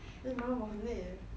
eh ma 我很累 eh